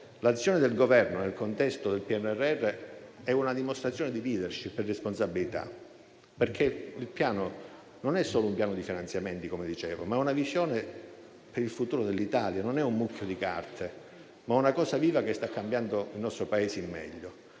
L'azione del Governo nel contesto del PNRR è una dimostrazione di *leadership* e responsabilità, perché il Piano non è solo un piano di finanziamenti, ma è anche una visione per il futuro dell'Italia. Non è un mucchio di carte, ma è una cosa viva, che sta cambiando il nostro Paese in meglio.